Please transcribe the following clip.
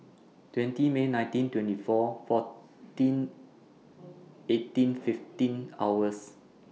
twenty May nineteen twenty four fourteen eighteen fifteen hours